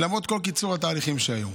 למרות כל קיצורי התהליכים שהיו,